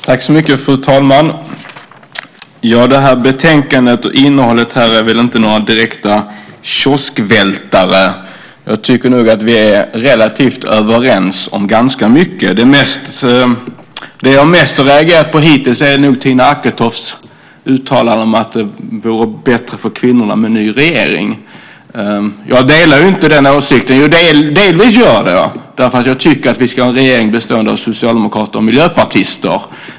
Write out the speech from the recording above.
Fru talman! Innehållet i det här betänkandet är väl inte någon kioskvältare. Vi är relativt överens om ganska mycket. Det jag mest har reagerat på hittills är Tina Acketofts uttalande om att det vore bättre för kvinnorna med en ny regering. Jag delar inte den åsikten. Jo, delvis gör jag det, därför att jag tycker att vi ska ha en regering bestående av socialdemokrater och miljöpartister.